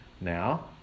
Now